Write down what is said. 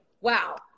wow